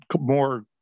more